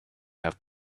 have